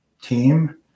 team